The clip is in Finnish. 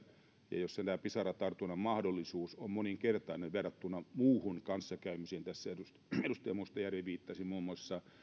ja joissa tämä pisaratartunnan mahdollisuus on moninkertainen verrattuna muuhun kanssakäymiseen tässä edustaja edustaja mustajärvi viittasi muun muassa